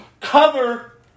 cover